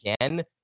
again